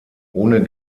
ohne